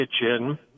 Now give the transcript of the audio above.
kitchen